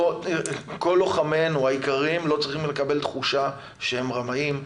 כל לוחמינו היקרים לא צריכים לקבל תחושה שהם רמאים,